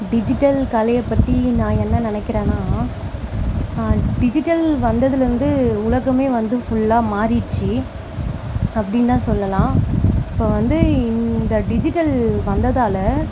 digital கலையை பற்றி நான் என்ன நினைக்கிறேன்னா டிஜிட்டல் வந்ததிலருந்து உலகமே வந்து ஃபுல்லாக மாறிடிச்சி அப்படினு தான் சொல்லலாம் இப்போ வந்து இந்த டிஜிட்டல் வந்ததால்